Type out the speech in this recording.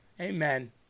Amen